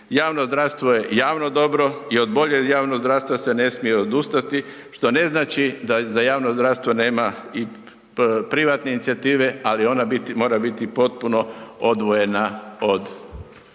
Javno zdravstvo je javno dobro i od boljeg javnog zdravstva se ne smije odustati, što ne znači da za javno zdravstvo nema i privatne inicijative, ali ona mora biti potpuno odvojena od,